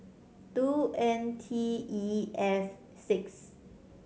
two N T E F six